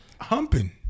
Humping